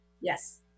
Yes